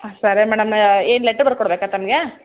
ಹಾ ಸರಿ ಮೇಡಮ್ ಏನು ಲೆಟ್ರು ಬರಕೊಡ್ಬೇಕಾ ತಮಗೆ